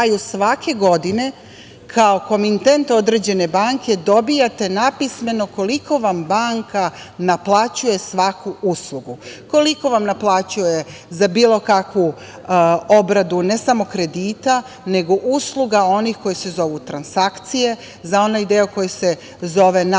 svake godine, kao komitent određene banke, dobijate napismeno koliko vam banka naplaćuje svaku uslugu, koliko naplaćuje za bilo kakvu, obradu, ne samo kredita, nego usluga onih koji se zovu transakcije, za onaj deo koji se zove naplata